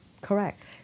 Correct